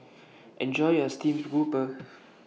Enjoy your Steamed Grouper